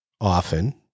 often